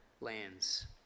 lands